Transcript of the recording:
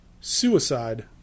suicide